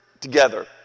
together